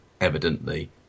evidently